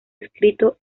escrito